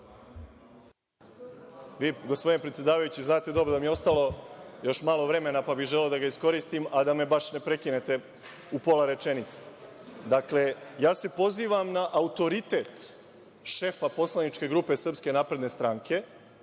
Gospodine predsedavajući, vi znate dobro da mi je ostalo još malo vremena, pa bih želeo da ga iskoristim, a da me baš ne prekinete u pola rečenice. Dakle, ja se pozivam na autoritet šefa Poslaničke grupe Srpske napredne stranke